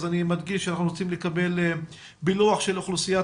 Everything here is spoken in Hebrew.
אני מדגיש שאנחנו רוצים לקבל פילוח של אוכלוסיית